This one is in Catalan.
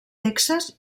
texas